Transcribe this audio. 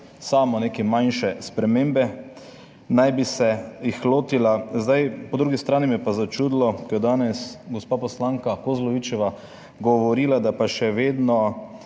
samo neke manjše spremembe naj bi se jih lotila. Po drugi strani me je pa začudilo, ko je danes gospa poslanka Kozlovič govorila, da pa je še vedno